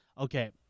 okay